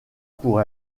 pour